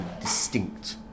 distinct